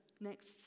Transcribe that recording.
next